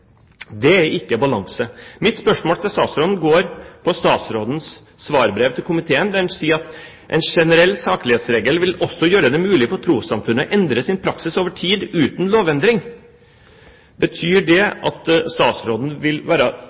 Det er ikke balanse. Mitt spørsmål til statsråden går på statsrådens svarbrev til komiteen, der han sier at en generell saklighetsregel vil også gjøre det mulig for trossamfunn å endre praksis over tid uten lovendring. Betyr det at statsråden vil være